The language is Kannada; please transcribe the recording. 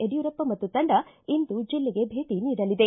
ಯಡ್ಕೂರಪ್ಪ ಮತ್ತು ತಂಡ ಇಂದು ಜಿಲ್ಲೆಗೆ ಭೇಟ ನೀಡಲಿದೆ